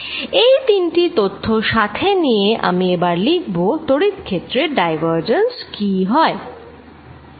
এই তিনটি তথ্য সাথে নিয়ে আমি এবার লিখব তড়িৎ ক্ষেত্রের ডাইভারজেন্স কি হয়